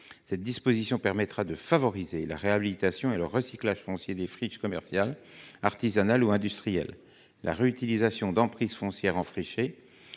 Cette disposition permettrait de favoriser la réhabilitation et le recyclage foncier des friches commerciales, artisanales ou industrielles. La réutilisation d'emprises foncières enfrichées